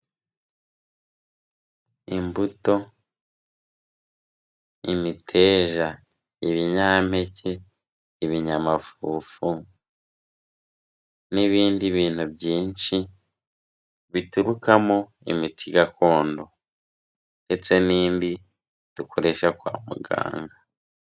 Imbuto, imiteja, ibinyampeke, ibinyamafufu n'ibindi bintu byinshi biturukamo imiti gakondo ndetse n'indi dukoresha kwa muganga.